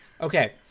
Okay